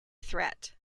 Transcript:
threat